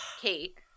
Kate